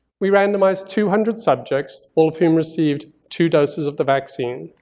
we randomized two hundred subjects, all of whom received two doses of the vaccine.